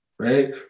Right